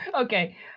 Okay